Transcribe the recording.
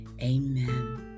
Amen